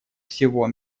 всего